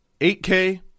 8K